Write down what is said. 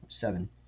seven